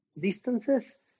distances